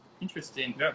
Interesting